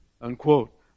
Unquote